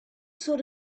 sort